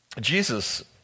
Jesus